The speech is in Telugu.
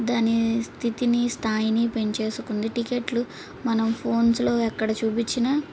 దాని స్థితిని స్థాయిని పెంచేసుకుంది టికెట్లు మనం ఫోన్స్లో ఎక్కడ చూపిచ్చినా